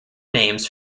names